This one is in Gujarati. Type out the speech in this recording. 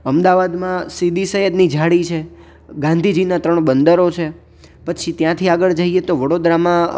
અમદાવાદમાં સીદી સૈયદની જાળી છે ગાંધીજીના ત્રણ બંદરો છે પછી ત્યાંથી આગળ જઈએ તો વડોદરામાં